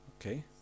Okay